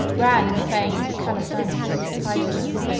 ran in the veins of calphurnius piso,